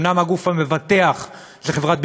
אומנם הגוף המבטח זה חברת ביטוח,